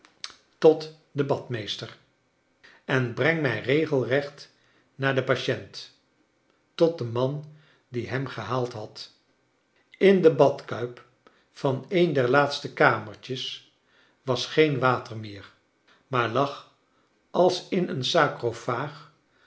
tot den badmeester en breng mij regelrecht naar den patient tot den man die hem gehaald had in de badkuip van een der laatste kamertjes was geen water meer maar lag als in een